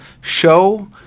show